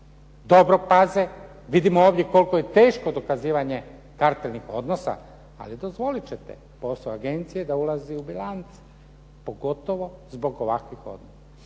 dobro paze. Vidimo ovdje koliko je teško dokazivanje kartelnih odnosa, ali dozvolit ćete posao agencije da ulazi u bilance, pogotovo zbog ovakvih odnosa.